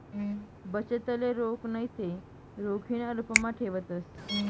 बचतले रोख नैते रोखीना रुपमा ठेवतंस